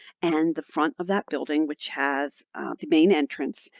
and the front of that building, which has the main entrance,